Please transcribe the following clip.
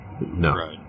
No